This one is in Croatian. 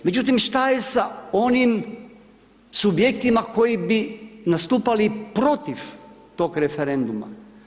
Međutim, šta je sa onim subjektima koji bi nastupali protiv tog referenduma?